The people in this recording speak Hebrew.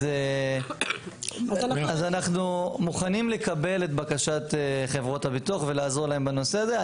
אז אנחנו מוכנים לקבל את בקשת חברות הביטוח ולעזור להם בנושא הזה,